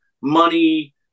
money